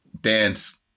dance